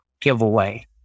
giveaway